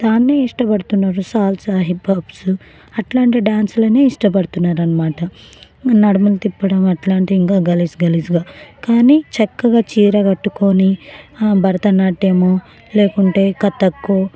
దాన్నే ఇష్టపడుతున్నారు salsa hip hops అట్లాంటి డాన్సులనే ఇష్టపడుతున్నారనమాట నడుములు తిప్పడం అట్లాంటియి ఇంకా గలీజ్ గలీజ్గా కానీ చక్కగా చీర కట్టుకుని ఆ భరతనాట్యము లేకుంటే కథక్కు